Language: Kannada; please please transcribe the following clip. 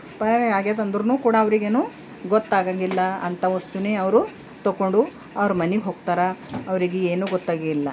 ಎಕ್ಸ್ಪೈರೇ ಆಗಿದೆದಂದ್ರೂ ಕೂಡ ಅವ್ರಿಗೇನು ಗೊತ್ತಾಗಂಗಿಲ್ಲ ಅಂಥ ವಸ್ತುವೇ ಅವರು ತೊಗೊಂಡು ಅವ್ರು ಮನಿಗೆ ಹೋಗ್ತಾರ ಅವ್ರಿಗೆ ಏನು ಗೊತ್ತಾಗಿಲ್ಲ